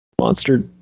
monster